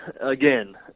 again